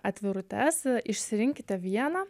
atvirutes išsirinkite vieną